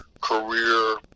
career